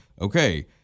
Okay